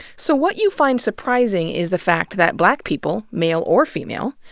so, what you find surprising is the fact that black people, male or female,